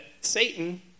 Satan